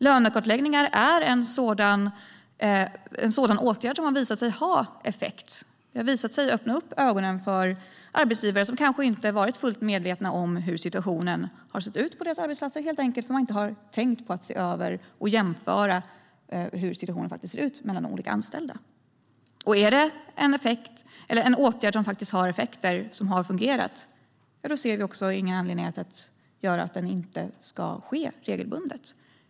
Lönekartläggningar är en åtgärd som har visat sig ha effekt och som kan öppna ögonen på arbetsgivare som kanske inte har varit fullt medvetna om hur situationen ser ut på deras arbetsplatser, helt enkelt därför att de inte har tänkt på att se över och jämföra situationen för olika anställda. Om en åtgärd har haft effekt och fungerar ser vi ingen anledning till att den inte ska vidtas regelbundet.